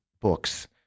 books